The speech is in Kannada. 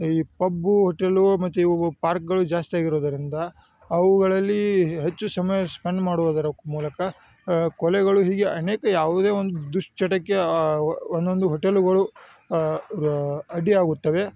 ಈ ಪಬ್ಬು ಹೋಟೆಲು ಮತ್ತು ಇವು ಪಾರ್ಕ್ಗಳು ಜಾಸ್ತಿಯಾಗಿರುವುದರಿಂದ ಅವುಗಳಲ್ಲಿ ಹೆಚ್ಚು ಸಮಯ ಸ್ಪೆಂಡ್ ಮಾಡುವುದರ ಮೂಲಕ ಕೊಲೆಗಳು ಹೀಗೆ ಅನೇಕ ಯಾವುದೆ ಒಂದು ದುಶ್ಚಟಕ್ಕೆ ಒನೊಂದು ಹೋಟೆಲುಗಳು ಅಡ್ಡಿ ಆಗುತ್ತವೆ